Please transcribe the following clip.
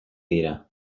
dira